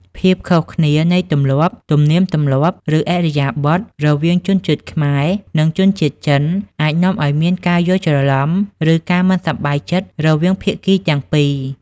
ភាពខុសគ្នានៃទម្លាប់ ទំនៀមទម្លាប់ ឬឥរិយាបថ រវាងជនជាតិខ្មែរ និងជនជាតិចិនអាចនាំឱ្យមានការយល់ច្រឡំ ឬការមិនសប្បាយចិត្តរវាងភាគីទាំងពីរ។